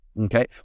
okay